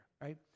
right